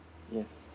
yes